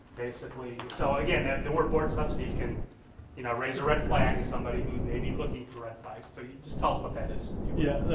basically, so yeah the word board subsidies can you know raise a red flag to somebody who may be looking for red flags. so just tell us what that is. yeah,